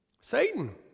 Satan